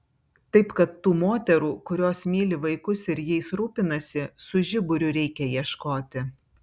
taip kad tų moterų kurios myli vaikus ir jais rūpinasi su žiburiu reikia ieškoti